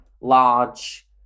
large